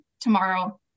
tomorrow